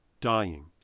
dying